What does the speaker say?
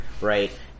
right